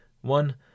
one